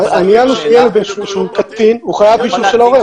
העניין שהוא שילד קטין חייב אישור של ההורה.